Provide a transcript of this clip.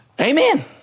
Amen